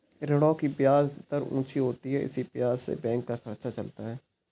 ऋणों की ब्याज दर ऊंची होती है इसी ब्याज से बैंक का खर्चा चलता है